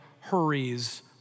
hurries